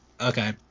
Okay